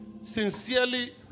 sincerely